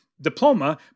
diploma